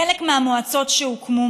חלק מהמועצות שהוקמו,